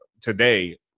today